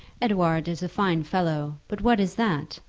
edouard is a fine fellow. but what is that?